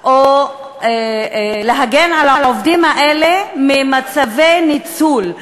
להגן על העובדים האלה ממצבי ניצול,